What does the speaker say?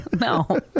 No